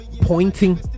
Pointing